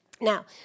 Now